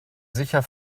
sicher